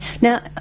Now